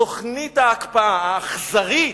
תוכנית ההקפאה האכזרית,